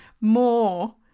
more